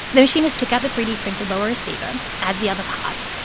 the machinist took out the three d printed lower receiver, adds the other parts.